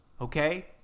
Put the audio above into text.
okay